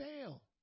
fail